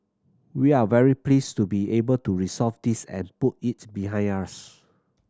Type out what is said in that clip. we're very pleased to be able to resolve this and put it behind us